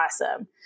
Awesome